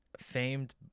Famed